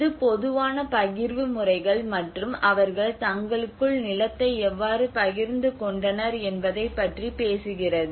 இது பொதுவான பகிர்வு முறைகள் மற்றும் அவர்கள் தங்களுக்குள் நிலத்தை எவ்வாறு பகிர்ந்து கொண்டனர் என்பதைப் பற்றி பேசுகிறது